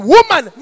Woman